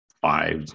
five